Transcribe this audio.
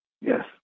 Yes